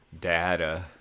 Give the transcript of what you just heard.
data